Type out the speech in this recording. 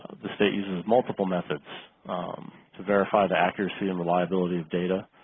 the state uses multiple methods to verify the accuracy and reliability of data.